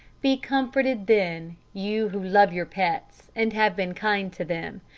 be comforted then, you who love your pets, and have been kind to them.